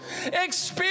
Experience